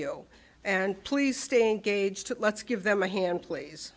you and please stay engaged let's give them a hand please